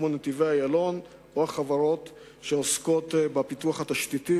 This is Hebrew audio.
כמו "נתיבי איילון" או החברות שעוסקות בפיתוח התשתיתי,